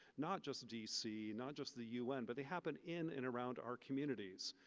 not just dc, not just the un. but they happen in and around our communities.